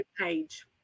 page